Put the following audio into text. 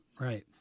right